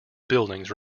buildings